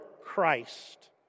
Christ